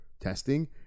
testing